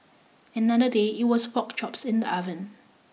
another day it was pork chops in the oven